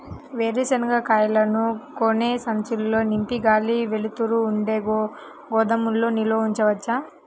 వేరుశనగ కాయలను గోనె సంచుల్లో నింపి గాలి, వెలుతురు ఉండే గోదాముల్లో నిల్వ ఉంచవచ్చా?